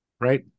right